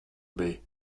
bija